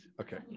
Okay